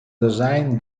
design